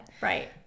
right